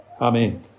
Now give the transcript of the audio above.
Amen